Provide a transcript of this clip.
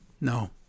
No